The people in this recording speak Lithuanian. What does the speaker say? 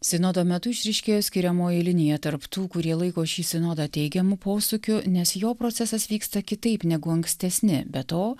sinodo metu išryškėjo skiriamoji linija tarp tų kurie laiko šį sinodą teigiamu posūkiu nes jo procesas vyksta kitaip negu ankstesni be to